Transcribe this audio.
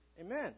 Amen